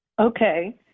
Okay